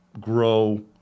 grow